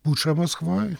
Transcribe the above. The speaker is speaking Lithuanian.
pučą maskvoj